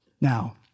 Now